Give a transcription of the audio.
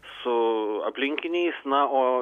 su aplinkiniais na o